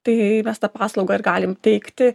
tai mes tą paslaugą ir galim teikti